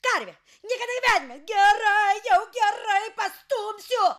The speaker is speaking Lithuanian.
karvę niekada gyvenime gerai jau gerai pastumsiu